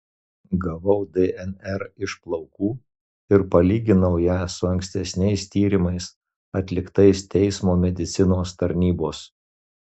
gavau dnr iš plaukų ir palyginau ją su ankstesniais tyrimais atliktais teismo medicinos tarnybos